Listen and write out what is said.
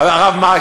הרב מרגי,